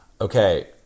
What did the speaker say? Okay